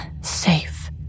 safe